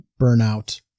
burnout